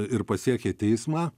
ir pasiekė teismą